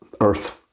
earth